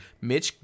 Mitch